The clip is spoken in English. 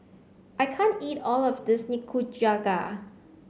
I can't eat all of this Nikujaga